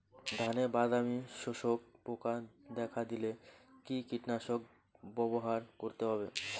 ধানে বাদামি শোষক পোকা দেখা দিলে কি কীটনাশক ব্যবহার করতে হবে?